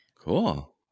Cool